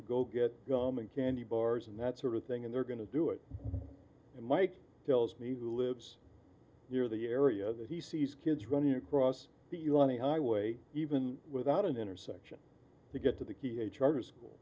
to go get gum and candy bars and that sort of thing and they're going to do it and mike tells me who lives near the area that he sees kids running across you on a highway even without an intersection to get to the key a charter school